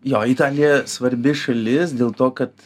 jo italija svarbi šalis dėl to kad